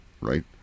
right